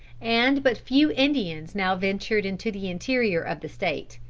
and but few indians now ventured into the interior of the state.